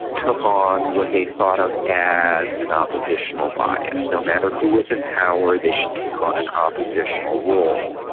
took on what they thought of as an oppositional bias. no matter who was in power, they should take on an oppositional role.